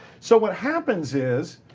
so what happens is,